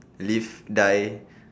live die